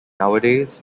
nowadays